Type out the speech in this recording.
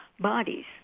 bodies